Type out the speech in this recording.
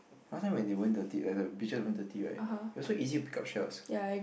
last time when they weren't dirty err beaches weren't dirty right they're so easy to pick up shells